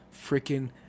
freaking